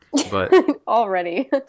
Already